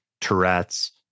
Tourette's